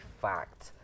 fact